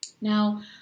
Now